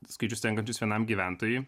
skaičius tenkančius vienam gyventojui